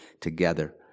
together